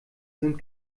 sind